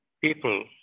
people